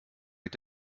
mit